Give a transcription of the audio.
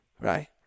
Right